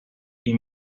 punk